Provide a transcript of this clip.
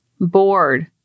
Bored